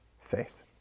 faith